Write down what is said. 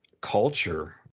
culture